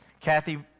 Kathy